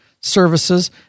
services